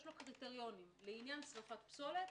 יש לו קריטריונים לעניין שריפת פסולת,